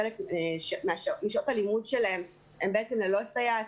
חלק משעות הלימוד שלהם הן בעצם ללא סייעת